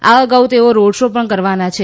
આ અગાઉ તેઓ રોડ શો પણ કરવાના છે